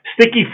Sticky